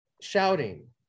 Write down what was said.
shouting